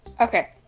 Okay